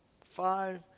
five